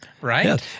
Right